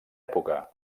època